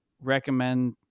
recommend